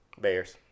bears